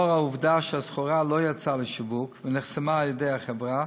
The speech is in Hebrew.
לאור העובדה שהסחורה לא יצאה לשיווק ונחסמה על-ידי החברה,